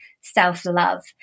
self-love